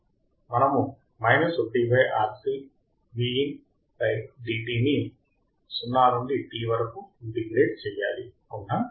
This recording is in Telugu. మనము 1 RC ని 0 నుండి t వరకు ఇంటిగ్రేట్ చేయాలి అవునా